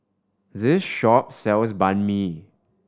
this shop sells Banh Mi